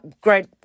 great